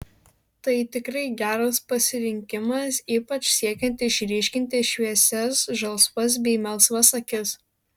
tai tikrai geras pasirinkimas ypač siekiant išryškinti šviesias žalsvas bei melsvas akis